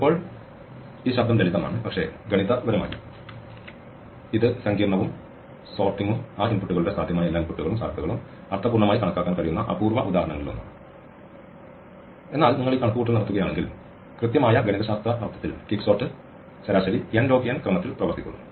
ഇപ്പോൾ ഈ ശബ്ദം ലളിതമാണ് പക്ഷേ ഗണിതപരമായി ഇത് സങ്കീർണ്ണവും സോർട്ടിംഗും ആ ഇൻപുട്ടുകളുടെ സാധ്യമായ എല്ലാ ഇൻപുട്ടുകളും സാധ്യതകളും അർത്ഥപൂർണ്ണമായി കണക്കാക്കാൻ കഴിയുന്ന അപൂർവ ഉദാഹരണങ്ങളിൽ ഒന്നാണ് എന്നാൽ നിങ്ങൾ ഈ കണക്കുകൂട്ടൽ നടത്തുകയാണെങ്കിൽ കൃത്യമായ ഗണിതശാസ്ത്ര അർത്ഥത്തിൽ ക്വിക്ക്സോർട്ട് ശരാശരി n log n ക്രമത്തിൽ പ്രവർത്തിക്കുന്നു